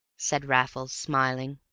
said raffles, smiling.